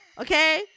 okay